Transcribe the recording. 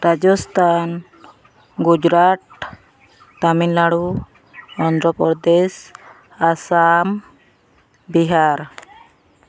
Rajasthan Gujarat Tamil Nadu Andhra Pradesh Assam Bihar